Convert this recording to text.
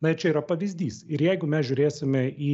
na ir čia yra pavyzdys ir jeigu mes žiūrėsime į